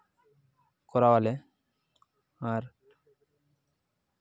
ᱠᱚᱨᱟᱣᱟᱞᱮ ᱟᱨ